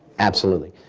absolutely.